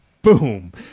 Boom